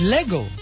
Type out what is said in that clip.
Lego